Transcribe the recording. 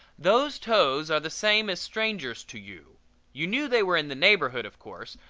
those toes are the same as strangers to you you knew they were in the neighborhood, of course,